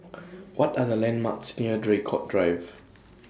What Are The landmarks near Draycott Drive